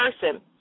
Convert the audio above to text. person